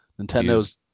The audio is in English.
Nintendo's